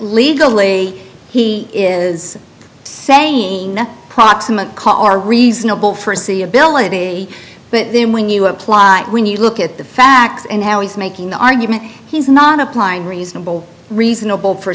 legally he is saying the proximate car reasonable for c ability but then when you apply it when you look at the facts and how he's making the argument he's not applying reasonable reasonable for